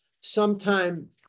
Sometime